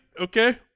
Okay